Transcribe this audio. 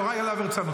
יוראי להב הרצנו,